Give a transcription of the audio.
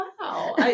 wow